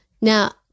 Now